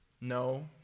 No